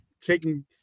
taking